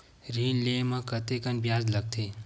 ऋण ले म कतेकन ब्याज लगथे?